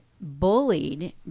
bullied